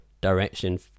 direction